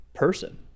person